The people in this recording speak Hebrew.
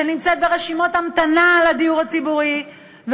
שנמצאת ברשימות המתנה לדיור הציבורי,